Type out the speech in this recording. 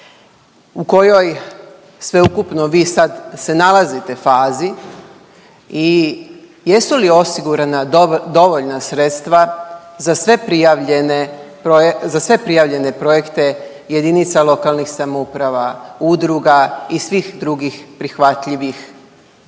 U kojoj sveukupno vi se sad nalazite fazi? I jesu li osigurana dovoljna sredstva za sve prijavljene, za sve prijavljene projekte jedinica lokalnih samouprava, udruga i svih drugih prihvatljivih onih